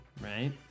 right